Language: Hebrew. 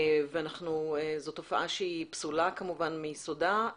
זאת תופעה שהיא כמובן פסולה מיסודה.